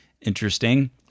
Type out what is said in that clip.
Interesting